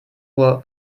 uhr